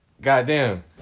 Goddamn